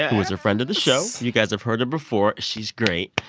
who is a friend of the show. you guys have heard her before. she's great.